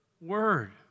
word